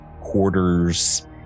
quarters